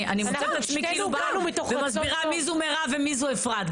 אני מוצאת את עצמי באה ומסבירה מי זו מירב ומי זו אפרת.